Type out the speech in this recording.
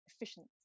efficiency